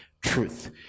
truth